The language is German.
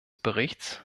berichts